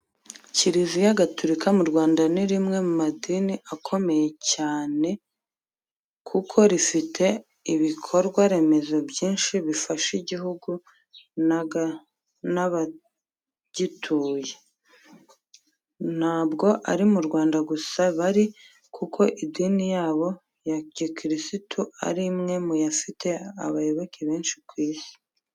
Kiriziya gaturika mu Rwanda ni rimwe mu madini akomeye cyane kuko rifite ibikorwa remezo byinshi bifasha igihugu n'abagituye. Ntabwo ari mu Rwanda gusa bari kuko idini yabo ya gikirisitu ari imwe mu yafite abayoboke benshi ku isi.